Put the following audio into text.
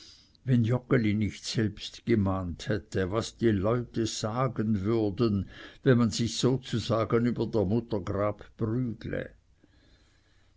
wann joggeli nicht selbst gemahnt hätte was die leute sagen würden wenn man sich sozusagen über der mutter grab prügle